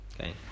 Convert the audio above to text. Okay